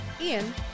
Ian